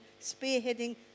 spearheading